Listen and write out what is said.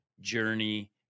journey